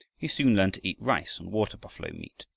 he soon learned to eat rice and water-buffalo meat,